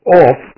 off